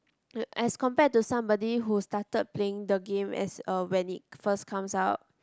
as compared to somebody who started playing the game as uh when it first comes out